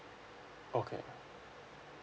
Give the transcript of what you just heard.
okay